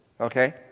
okay